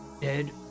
dead